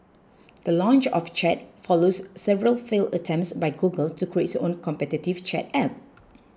the launch of Chat follows several failed attempts by Google to create its own competitive chat app